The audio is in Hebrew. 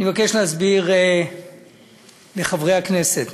אני מבקש להסביר לחברי הכנסת.